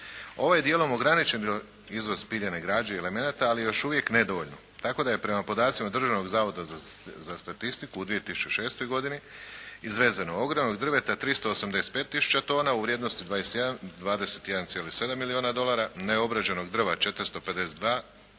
Ovaj dijelom ograničen izvoz piljene građe i elemenata ali još uvijek nedovoljno. Tako da je prema podacima Državnog zavoda za statistiku u 2006. godini izvezeno ogromnog drveta 385 tisuća tona, u vrijednosti 21,7 milijuna dolara, neobrađenog drva 452